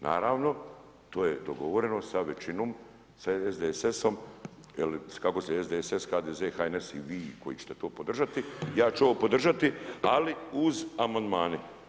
Naravno, to je dogovoreno sa većinom, sa SDSS-om jer kako se SDSS, HDZ, HNS i vi koji ćete to podržati, ja ću ovo podržati, ali uz amandmane.